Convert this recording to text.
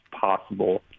possible